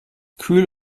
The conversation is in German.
kühl